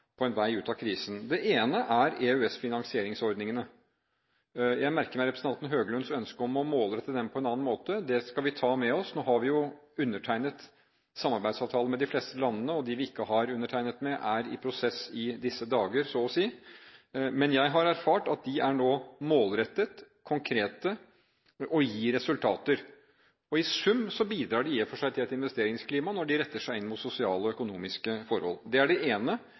på en vei ut av krisen. Det ene er EØS-finansieringsordningene. Jeg merker meg representanten Høglunds ønske om å målrette dem på en annen måte, det skal vi ta med oss. Nå har vi undertegnet samarbeidsavtalen med de fleste landene, og dem vi ikke har undertegnet med, er i en prosess i disse dager, så å si. Men jeg har erfart at de er målrettet, konkrete og gir resultater, og i sum bidrar de i og for seg til et investeringsklima, når de retter seg inn mot sosiale og økonomiske forhold. Det er det ene